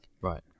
Right